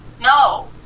No